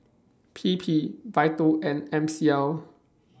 P P Vital and M C L